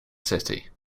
city